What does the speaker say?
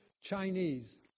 Chinese